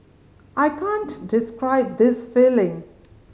I can't describe this feeling